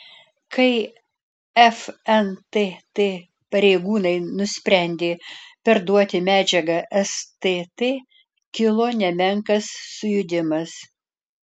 kai fntt pareigūnai nusprendė perduoti medžiagą stt kilo nemenkas sujudimas